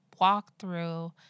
walkthrough